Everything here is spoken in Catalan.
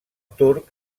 turc